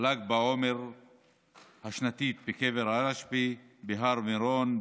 ל"ג בעומר השנתי בקבר הרשב"י בהר מירון,